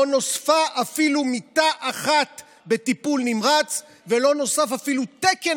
לא נוספה אפילו מיטה אחת בטיפול נמרץ ולא נוסף אפילו תקן